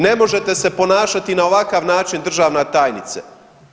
Ne možete se ponašati na ovakav način državna tajnice.